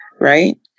Right